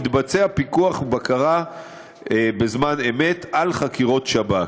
ייערך פיקוח ובקרה בזמן אמת על חקירות שב"כ.